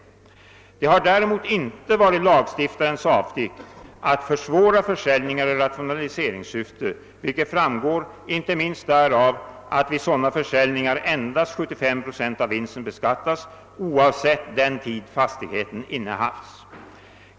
Det har däremot inte varit lagstiftarens avsikt att försvåra försäljningar i rationaliseringssyfte, vilket framgår inte minst därav att vid sådana försäljningar endast 75 Zo av vinsten beskattas, oavsett den tid fastigheten innehafts.